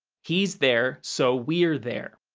he's there, so we're there.